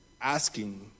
asking